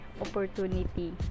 opportunity